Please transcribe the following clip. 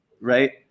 Right